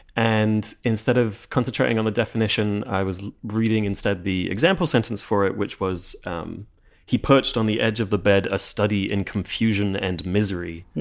and instead of concentrating on the definition i was reading instead the example sentence for it, which was um he perched on the edge of the bed, a study in confusion and misery,